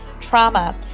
trauma